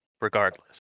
regardless